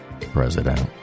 President